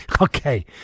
Okay